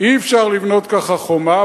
אי-אפשר לבנות ככה חומה,